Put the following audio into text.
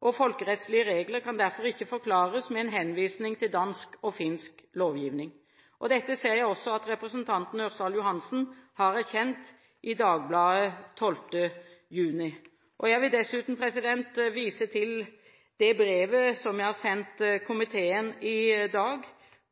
og folkerettslige regler, kan derfor ikke forklares med en henvisning til dansk og finsk lovgivning. Dette ser jeg også at representanten Ørsal Johansen har erkjent i Dagbladet 12. juni. Jeg vil dessuten vise til det brevet som jeg har sendt komiteen i dag,